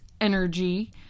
energy